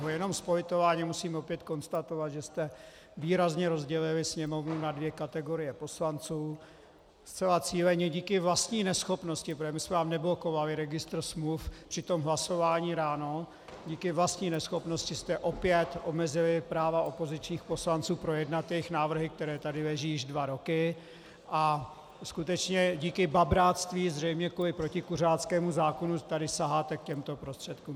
Jenom s politováním musím opět konstatovat, že jste výrazně rozdělili Sněmovnu na dvě kategorie poslanců zcela cíleně díky vlastní neschopnosti, protože my jsme vám neblokovali registr smluv při tom hlasování ráno, díky vlastní neschopnosti jste opět omezili práva opozičních poslanců projednat jejich návrhy, které tady leží již dva roky, a skutečně díky babráctví zřejmě kvůli protikuřáckému zákonu tady saháte k těmto prostředkům!